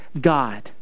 God